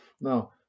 Now